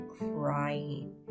Crying